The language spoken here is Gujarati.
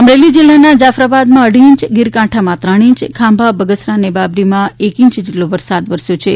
અમરેલી જિલ્લાના જાફરાબાદમાં અઢી ઈંચ ગીરકાંઠામાં ત્રણ ઈંચ ખાંભા બગસરા અને બાબરીમાં એક ઈંચ જેટલો વરસાદ વરસ્યો હતો